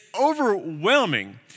overwhelming